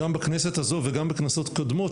גם בכנסת הזאת וגם בכנסות קודמות,